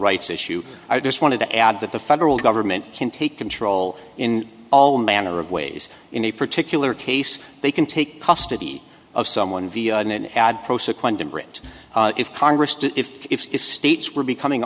rights issue i just wanted to add that the federal government can take control in all manner of ways in a particular case they can take custody of someone via an ad bridge if congress if states were becoming